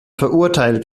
verurteilt